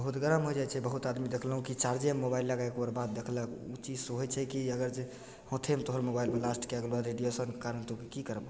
बहुत गरम होइ जाइ छै बहुत आदमी देखलहुँ कि चार्जेमे मोबाइल लगैके ओकर बात करलक ओहि चीजसे होइ छै कि जे अगर जे ओतेमे तोहर मोबाइल अगर ब्लास्ट कै गेलहुँ रेडिएशनके कारण तऽ तोँ कि करबहो